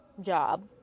job